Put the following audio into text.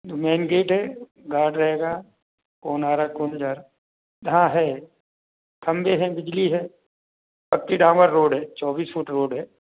जो main gate है guard रहेगा कौन आ रहा कौन जा रहा हाँ है खम्बे हैं बिजली है पक्की डाम्बर रोड है चौबीस फुट रोड है